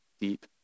deep